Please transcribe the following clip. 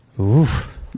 Oof